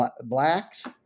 blacks